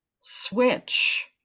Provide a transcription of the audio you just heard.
switch